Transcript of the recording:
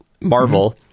Marvel